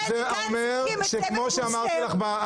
בני גנץ הקים את צוות שוסטר.